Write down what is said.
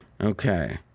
Okay